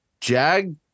Jag